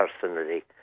personally